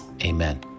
amen